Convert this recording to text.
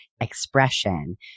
expression